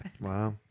Wow